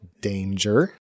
danger